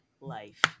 life